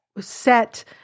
set